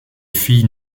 filles